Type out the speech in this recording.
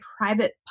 private